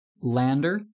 lander